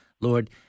Lord